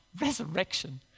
Resurrection